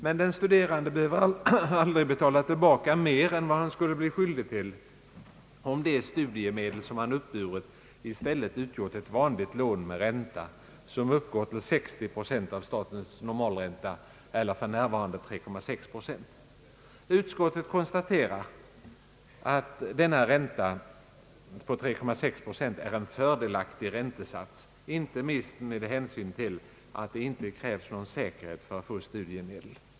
Men den studerande behöver aldrig betala tillbaka mer än vad han skulle bli skyldig till, om de studiemedel som han uppburit i stället utgjort ett vanligt lån med ränta, som uppgår till 60 procent av statens normalränta, dvs. för närvarande 3,6 procent. Utskottet konstaterar att detta är en fördelaktig räntesats, inte minst med hänsyn till att det inte krävs någon säkerhet för att få studiemedel.